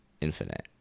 infinite